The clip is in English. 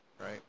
right